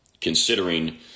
considering